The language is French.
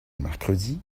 mercredi